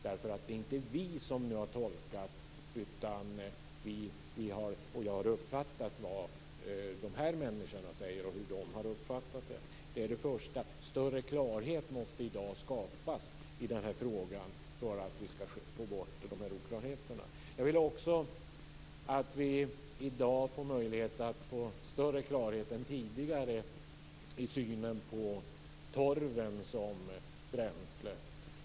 Det är inte vi utan de här personerna som har tolkat signalerna på detta sätt. Det måste för det första skapas större klarhet i dag i den här frågan. Jag vill för det andra att vi i dag får större klarhet än tidigare vad gäller torven som bränsle.